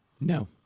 No